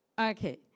Okay